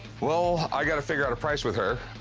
well, i've got to figure out a price with her.